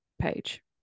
page